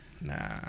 Nah